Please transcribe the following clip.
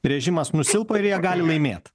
režimas nusilpo ir jie gali laimėt